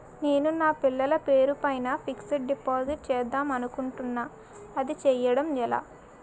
నేను నా పిల్లల పేరు పైన ఫిక్సడ్ డిపాజిట్ చేద్దాం అనుకుంటున్నా అది చేయడం ఎలా?